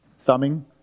Thumbing